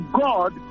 God